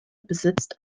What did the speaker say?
besitzt